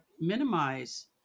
minimize